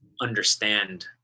understand